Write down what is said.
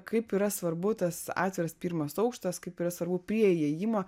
kaip yra svarbu tas atviras pirmas aukštas kaip yra svarbu prie įėjimo